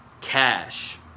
cash